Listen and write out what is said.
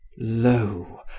Lo